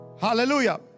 Hallelujah